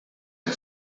que